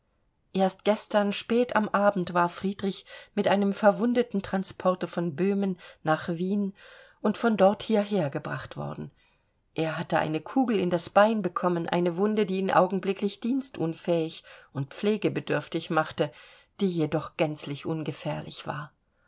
erst gestern spät am abend war friedrich mit einem verwundetentransporte von böhmen nach wien und von dort hierher gebracht worden er hatte eine kugel in das bein bekommen eine wunde die ihn augenblicklich dienstunfähig und pflegebedürftig machte die jedoch gänzlich ungefährlich war